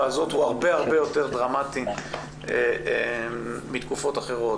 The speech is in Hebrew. הזאת הוא הרבה יותר דרמטי מתקופות אחרות.